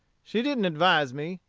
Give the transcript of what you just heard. she didn't advise me,